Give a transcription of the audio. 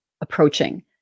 approaching